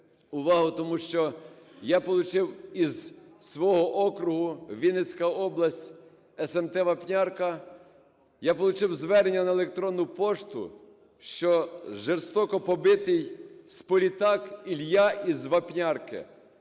увагу, тому що я отримав зі свого округу, Вінницька область, смт. Вапнярка, я одержав звернення на електронну пошту, що жорстко побитий Сполітак Ілля із Вапнярки,